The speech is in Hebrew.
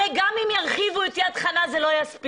הרי גם אם ירחיבו את יד חנה זה לא יספיק,